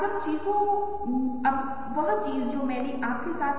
आपके पास चीजों को देखने के विभिन्न तरीके हैं